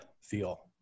feel